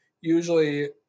usually